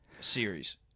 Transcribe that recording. series